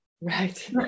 Right